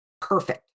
Perfect